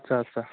আচ্ছা আচ্ছা